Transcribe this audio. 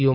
you